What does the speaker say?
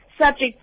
subject